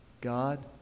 God